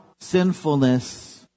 sinfulness